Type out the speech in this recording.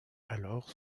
alors